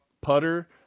putter